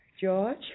George